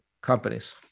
Companies